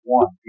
one